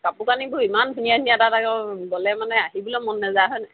কাপোৰ কানিবোৰ ইমান ধুনীয়া ধুনীয়া তাত আকৌ গ'লে মানে আহিবলৈ মন নাযায় হয়নে